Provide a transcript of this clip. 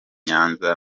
nyanza